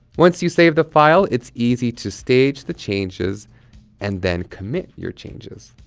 once you save the file, it's easy to stage the changes and then commit your changes.